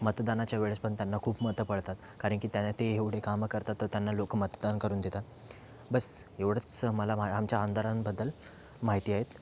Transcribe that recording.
मतदानाच्या वेळेस पण त्यांना खूप मतं पडतात कारण की त्या ते एवढे कामं करतात तर त्यांना लोक मतदान करून देतात बस एवढंच मला मा आमच्या आमदारांबद्दल माहिती आहेत